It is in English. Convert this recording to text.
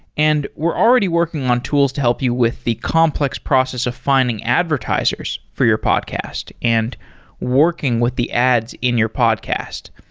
and we're already working on tools to help you with the complex process of finding advertisers for your podcast and working with the ads in your podcast.